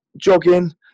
jogging